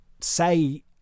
say